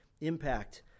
impact